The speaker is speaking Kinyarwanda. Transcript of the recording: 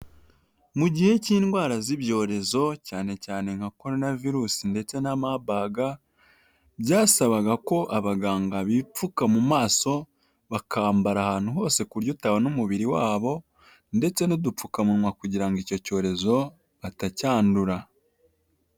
Mu gihe cy'indwara z'ibyorezo, cyane cyane nka korona virusi ndetse na mabaga, byasabaga ko abaganga bipfuka mu maso, bakambara ahantu hose ku buryo utabona umubiri wabo, ndetse n'udupfukamunwa, kugira ngo icyo cyorezo batacyandura.